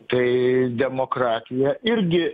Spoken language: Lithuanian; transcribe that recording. tai demokratija irgi